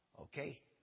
Okay